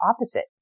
opposite